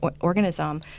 organism